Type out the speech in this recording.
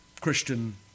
Christian